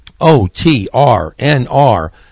O-T-R-N-R